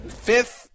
Fifth